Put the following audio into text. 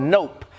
Nope